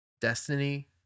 Destiny